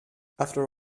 after